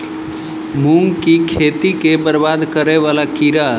मूंग की खेती केँ बरबाद करे वला कीड़ा?